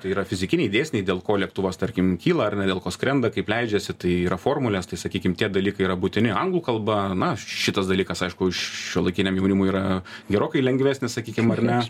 tai yra fizikiniai dėsniai dėl ko lėktuvas tarkim kyla ar ne dėl ko skrenda kaip leidžiasi tai yra formulės tai sakykim tie dalykai yra būtini anglų kalba na šitas dalykas aišku šiuolaikiniam jaunimui yra gerokai lengvesnis sakykim ar ne